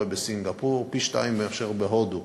ופי-שניים מאשר בהודו,